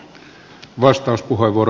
arvoisa puhemies